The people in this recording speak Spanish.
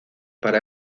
para